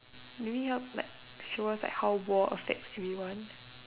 maybe uh like show us like how war affects everyone